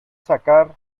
sacar